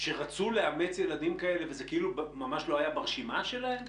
שרצו לאמץ ילדים כאלה, זה ממש לא היה ברשימה שלהם?